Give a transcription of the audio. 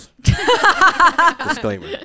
disclaimer